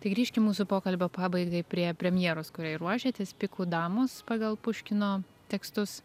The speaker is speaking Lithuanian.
tai grįžkim mūsų pokalbio pabaigai prie premjeros kuriai ruošiatės pikų damos pagal puškino tekstus